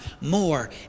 more